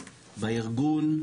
בארגון,